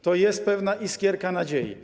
To jest pewna iskierka nadziei.